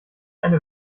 eine